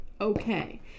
Okay